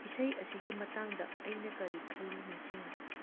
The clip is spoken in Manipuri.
ꯏꯁꯩ ꯑꯁꯤꯒꯤ ꯃꯇꯥꯡꯗ ꯑꯩꯅ ꯀꯔꯤ ꯈꯜꯂꯤ ꯅꯤꯡꯁꯤꯡꯉꯨ